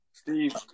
Steve